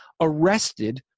arrested